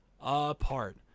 apart